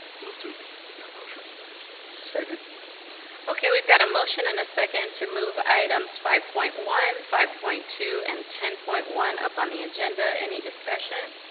move to that motion second okay we've got a motion in a second to move items five point one five point two and ten point one up on the agenda any discussion